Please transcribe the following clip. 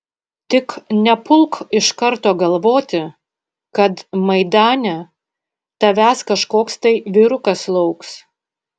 tik nepulk iš karto galvoti kad maidane tavęs kažkoks tai vyrukas lauks